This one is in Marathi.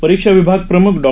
परीक्षा विभाग प्रमुख डॉ